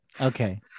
Okay